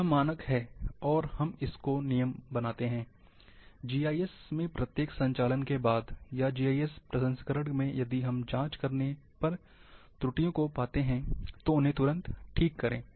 यह मानक है और हम इसको नियम बनाते हैं जीआईएस में प्रत्येक संचलन के बाद या जीआईएस प्रसंस्करण में यदि जाँच करने पर त्रुटियों को पाया गया हाई तो उन्हें तुरंत ठीक करें